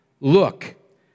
Look